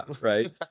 right